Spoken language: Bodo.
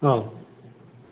औ